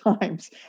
times